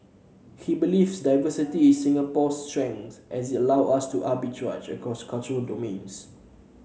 he believes diversity is Singapore's strength as it allow us to arbitrage across cultural domains